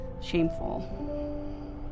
shameful